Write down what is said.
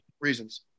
reasons